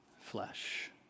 flesh